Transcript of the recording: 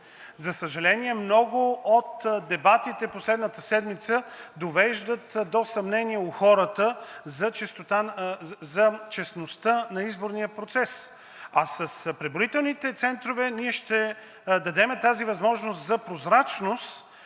За съжаление, много от дебатите в последната седмица довеждат до съмнения у хората за честността на изборния процес, а с преброителните центрове ние ще дадем тази възможност за прозрачност